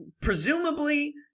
presumably